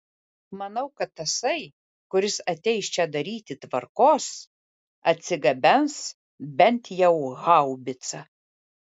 manau kad tasai kuris ateis čia daryti tvarkos atsigabens bent jau haubicą